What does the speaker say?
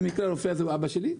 במקרה הרופא הזה הוא אבא שלי.